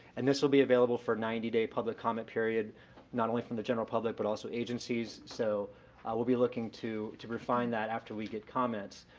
and this will be available for a ninety day public comment period not only from the general public but also agencies, so i will be looking to to refine that after we get comments.